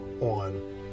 on